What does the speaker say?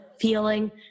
feeling